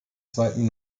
zweiten